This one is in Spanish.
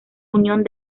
unión